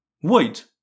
white